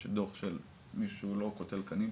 יש דוח של מישהו שהוא לא קוטל קנים,